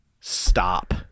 stop